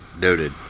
noted